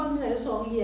and